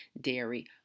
dairy